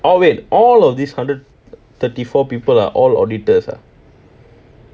orh wait all of these hundred thirty four people are all auditors ah